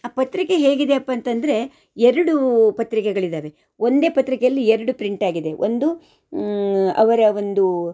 ಆ ಪತ್ರಿಕೆ ಹೇಗಿದೆಯಪ್ಪ ಅಂತಂದರೆ ಎರಡು ಪತ್ರಿಕೆಗಳಿದ್ದಾವೆ ಒಂದೇ ಪತ್ರಿಕೆಯಲ್ಲಿ ಎರಡು ಪ್ರಿಂಟ್ ಆಗಿದೆ ಒಂದು ಅವರ ಒಂದು